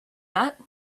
that